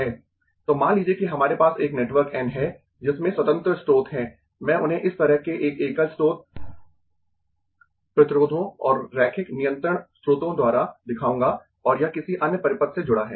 तो मान लीजिए कि हमारे पास एक नेटवर्क N है जिसमें स्वतंत्र स्रोत है मैं उन्हें इस तरह के एक एकल स्रोत प्रतिरोधों और रैखिक नियंत्रण स्रोतों द्वारा दिखाऊंगा और यह किसी अन्य परिपथ से जुड़ा है